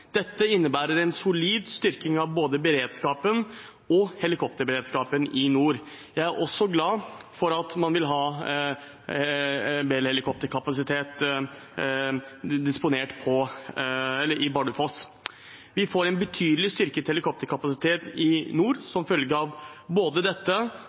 Dette innebærer en solid styrking av både beredskapen og helikopterberedskapen i nord. Jeg er også glad for at man vil ha Bell-helikopterkapasitet disponert i Bardufoss. Vi får en betydelig styrket helikopterkapasitet i nord som følge av både dette